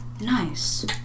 Nice